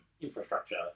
infrastructure